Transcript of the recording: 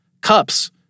Cups